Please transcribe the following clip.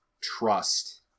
trust